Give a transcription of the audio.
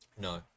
No